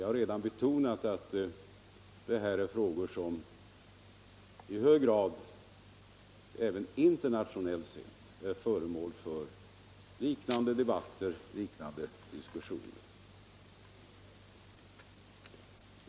Jag har redan betonat att detta är frågor som i hög grad, även internationellt sett, är föremål för liknande debatter och diskussioner.